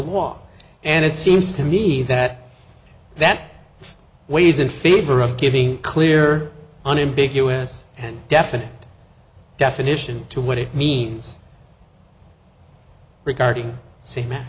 wall and it seems to me that that weighs in favor of giving clear unambiguous and definite definition to what it means regarding s